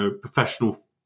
professional